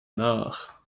nach